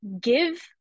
give